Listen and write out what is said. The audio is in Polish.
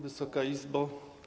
Wysoka Izbo!